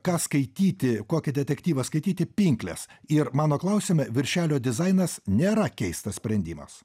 ką skaityti kokį detektyvą skaityti pinkles ir mano klausime viršelio dizainas nėra keistas sprendimas